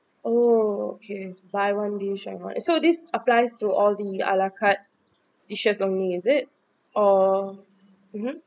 oh okay buy one dish get one so this applies to all the a la carte dishes only is it or mmhmm